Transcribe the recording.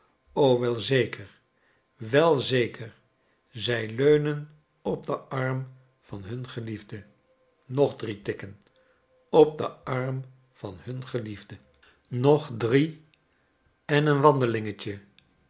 wel zeker wel zeker zij leunen op den arm van hun geliefde nog drie tikken op den arm van hun geliefde boston nog drie en een wandelingetje